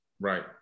Right